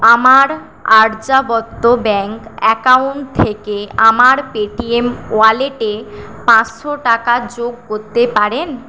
আমার Aryavart bank account থেকে আমার পেটিএম ওয়ালেটে পাঁচশো টাকা যোগ করতে পারেন